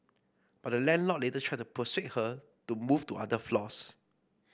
but the landlord later tried to persuade her to move to other floors